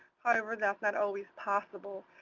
however that's not always possible.